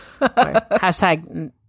Hashtag